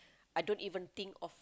I don't even think of